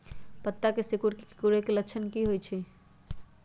पत्ता के सिकुड़े के की लक्षण होइ छइ?